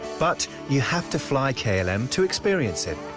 but you have to fly klm um to experience it.